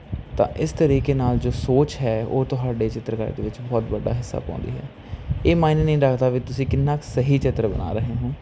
ਤਾਂ ਇਸ ਤਰੀਕੇ ਨਾਲ ਜੋ ਸੋਚ ਹੈ ਉਹ ਤੁਹਾਡੇ ਚਿੱਤਰਕਾਰੀ ਦੇ ਵਿੱਚ ਬਹੁਤ ਵੱਡਾ ਹਿੱਸਾ ਪਾਉਂਦੀ ਹੈ ਇਹ ਮਾਈਨੇ ਨਹੀਂ ਰੱਖਦਾ ਵੀ ਤੁਸੀਂ ਕਿੰਨਾ ਕ ਸਹੀ ਚਿੱਤਰ ਬਣਾ ਰਹੇ ਹੋ